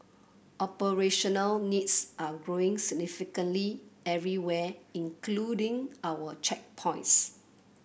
operational needs are growing significantly everywhere including our checkpoints